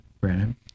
Brandon